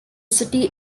city